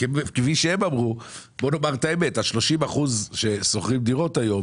כפי שהם אמרו, מתוך ה-30% ששוכרים דירות היום